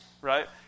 right